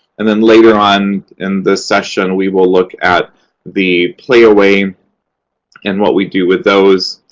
and then later on in the session, we will look at the playaway and what we do with those,